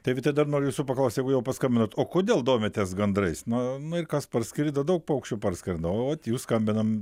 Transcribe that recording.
tai vytai dar noriu jūsų paklaust jeigu jau paskambinot o kodėl domitės gandrais na na ir kas parskrido daug paukščių parskrenda o vat jūs skambinam